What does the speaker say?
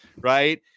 right